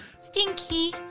Stinky